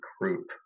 group